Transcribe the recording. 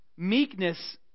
meekness